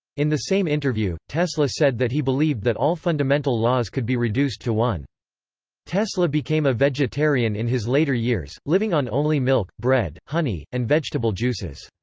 in the same interview, tesla said that he believed that all fundamental laws could be reduced to one tesla became a vegetarian in his later years, living on only milk, bread, honey, and vegetable juices.